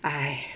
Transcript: !aiya!